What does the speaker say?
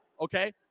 okay